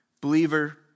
Believer